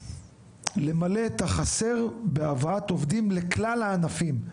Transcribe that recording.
למלא את החסר בהבאת עובדים לכלל הענפים,